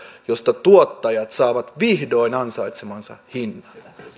joista tuottajat saavat vihdoin ansaitsemansa hinnan